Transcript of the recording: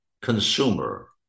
consumer